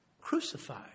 crucified